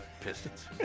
Pistons